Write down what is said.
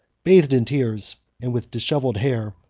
bathed in tears, and with dishevelled hair,